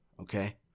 Okay